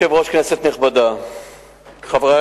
ביום כ"א באייר התש"ע (5 במאי 2010):